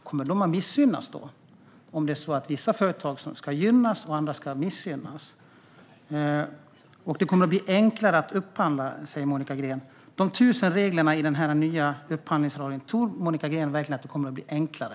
Kommer de att missgynnas då, om det är så att vissa företag ska gynnas och andra ska missgynnas? Det kommer att bli enklare att upphandla, säger Monica Green. Med de tusen reglerna i den nya upphandlingslagen, tror Monica Green verkligen att det kommer att bli enklare?